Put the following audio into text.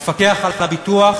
המפקח על הביטוח